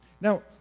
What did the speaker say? Now